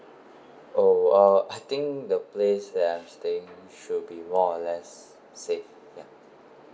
oh uh I think the place that I'm staying should be more or less safe ya